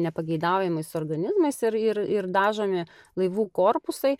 nepageidaujamais organizmais ir ir ir dažomi laivų korpusai